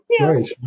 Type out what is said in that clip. right